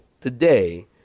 today